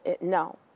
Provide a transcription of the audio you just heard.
No